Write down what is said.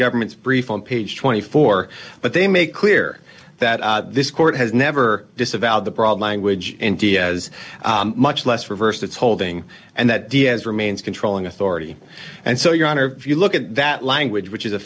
government's brief on page twenty four but they make clear that this court has never disavowed the broad language india has much less reversed its holding and that d s remains controlling authority and so your honor if you look at that language which is a